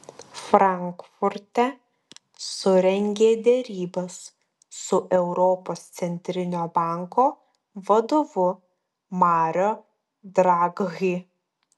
frankfurte surengė derybas su europos centrinio banko vadovu mario draghi